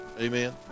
amen